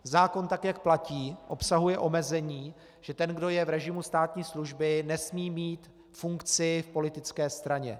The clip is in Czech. Zákon tak, jak platí, obsahuje omezení, že ten, kdo je v režimu státní služby, nesmí mít funkci v politické straně.